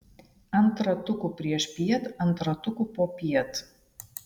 ant ratukų priešpiet ant ratukų popiet